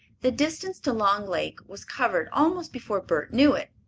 the distance to long lake was covered almost before bert knew it.